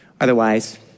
Otherwise